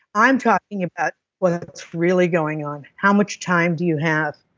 i'm talking about what's really going on, how much time do you have,